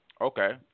Okay